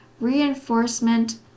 reinforcement